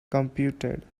computed